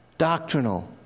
Doctrinal